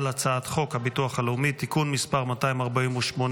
על הצעת חוק הביטוח הלאומי (תיקון מס' 248),